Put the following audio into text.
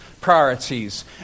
priorities